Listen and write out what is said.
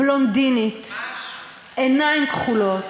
בלונדינית, עיניים כחולות,